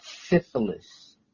syphilis